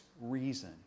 reason